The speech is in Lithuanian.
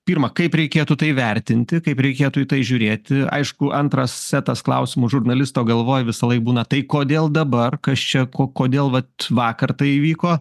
pirma kaip reikėtų tai vertinti kaip reikėtų į tai žiūrėti aišku antras setas klausimų žurnalisto galvoj visąlaik būna tai kodėl dabar kas čia ko kodėl vat vakar tai įvyko